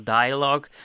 dialogue